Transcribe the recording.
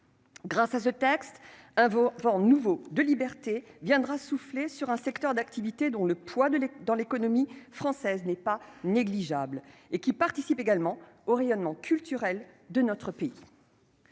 Grâce à ce texte, un vent nouveau de liberté viendra souffler sur un secteur d'activité dont le poids dans l'économie française n'est pas négligeable et qui participe également au rayonnement culturel de notre pays.